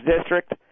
district